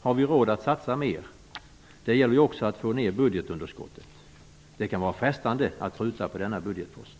Har vi råd att satsa mer? Det gäller ju också att få ner budgetunderskottet. Det kan vara frestande att pruta på denna budgetpost.